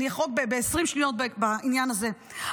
אני אחרוג ב-20 שניות בעניין הזה,